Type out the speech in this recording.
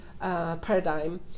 paradigm